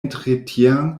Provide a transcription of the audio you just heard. entretient